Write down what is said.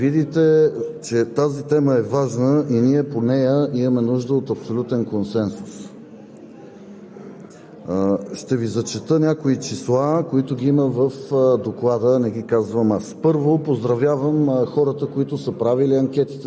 не стигна дори до пленарната зала. Ще видите сега нашите критики, които считам за обективни. Ще видите, че тази тема е важна и ние по нея имаме нужда от абсолютен консенсус.